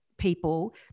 people